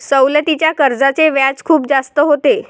सवलतीच्या कर्जाचे व्याज खूप जास्त होते